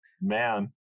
man